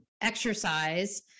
exercise